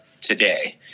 today